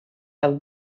have